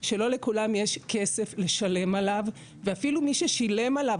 שלא לכולם יש כסף לשלם עליו ואפילו מי ששילם עליו,